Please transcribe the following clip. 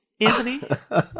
Anthony